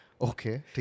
Okay